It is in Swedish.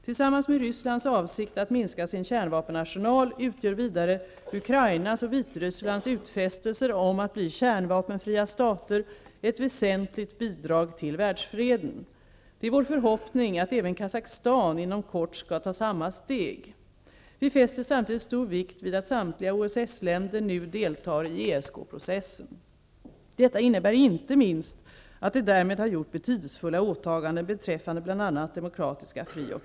Tillsammans med Rysslands avsikt att minska sin kärnvapenarsenal utgör vidare Ukrainas och Vitrysslands utfästelser om att bli kärnvapenfria stater ett väsentligt bidrag till världsfreden. Det är vår förhoppning att även Kazakstan inom kort skall ta samma steg. Vi fäster samtidigt stor vikt vid att samtliga OSS-länder nu deltar i ESK-processen. Detta innebär inte minst att de därmed har gjort betydelsefulla åtaganden beträffande bl.a. Herr talman!